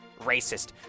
racist